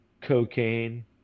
cocaine